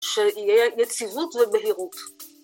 ‫שיהיה יציבות ובהירות.